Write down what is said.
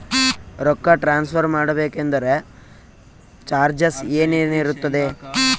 ರೊಕ್ಕ ಟ್ರಾನ್ಸ್ಫರ್ ಮಾಡಬೇಕೆಂದರೆ ಚಾರ್ಜಸ್ ಏನೇನಿರುತ್ತದೆ?